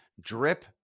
drip